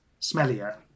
smellier